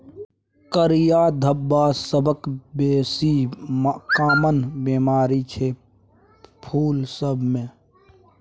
करिया धब्बा सबसँ बेसी काँमन बेमारी छै फुल सब मे